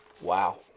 Wow